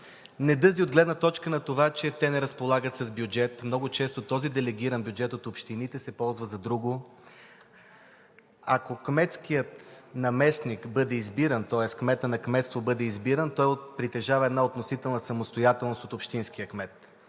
недъзи от гледна точка на това, че те не разполагат с бюджет, много често този делегиран бюджет от общините се ползва за друго. Ако кметският наместник бъде избиран, тоест кметът на кметство бъде избиран, той притежава една относителна самостоятелност от общинския кмет.